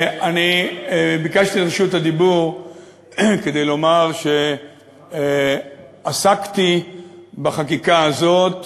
אני ביקשתי את רשות הדיבור כדי לומר שעסקתי בחקיקה הזאת